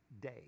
day